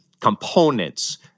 components